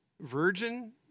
Virgin